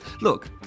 Look